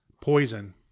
poison